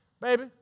Baby